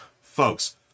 folks